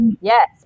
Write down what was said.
yes